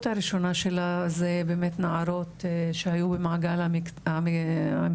הראשונה שלה זה באמת נערות שהיו במעגל המצוקה,